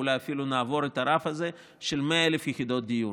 ואולי אפילו נעבור את הרף הזה של 100,000 יחידות דיור,